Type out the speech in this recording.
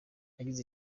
nagize